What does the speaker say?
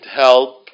help